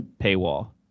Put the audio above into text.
paywall